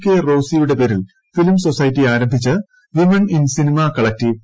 K റോസിയുടെ പേരിൽ film society ആരംഭിച്ച് വിമൺ ഇൻ സിനിമാ കളക്ക്ട്ടീവ്